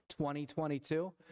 2022